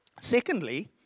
Secondly